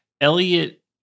Elliot